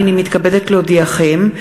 הנני מתכבדת להודיעכם,